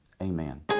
Amen